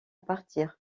partir